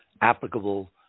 applicable